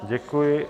Děkuji.